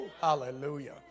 Hallelujah